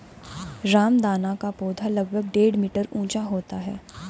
रामदाना का पौधा लगभग डेढ़ मीटर ऊंचा होता है